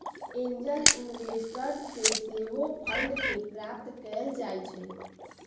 angel investors से सेहो fund के प्राप्त कएल जाइ छइ